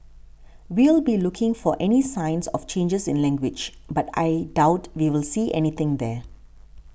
we'll be looking for any signs of changes in language but I doubt we'll see anything there